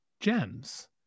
gems